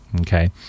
okay